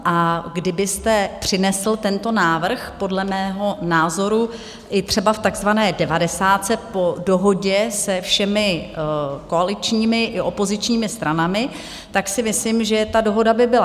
A kdybyste přinesl tento návrh podle mého názoru i třeba v takzvané devadesátce po dohodě se všemi koaličními i opozičními stranami, tak si myslím, že ta dohoda by byla.